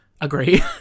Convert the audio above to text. agree